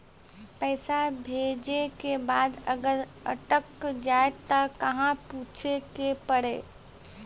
पैसा भेजै के बाद अगर अटक जाए ता कहां पूछे के पड़ी?